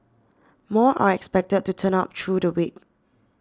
more are expected to turn up through the week